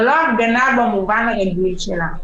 זה לא הפגנה במובן הרגיל שלה,